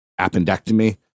appendectomy